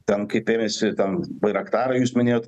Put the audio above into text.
ten kaip ėmėsi tam bairaktarai jūs minėjot